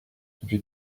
depuis